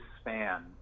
span